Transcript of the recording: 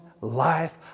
life